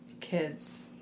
kids